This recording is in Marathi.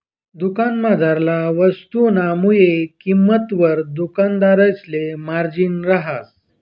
दुकानमझारला वस्तुसना मुय किंमतवर दुकानदारसले मार्जिन रहास